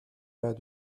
pas